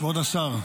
כבוד השר,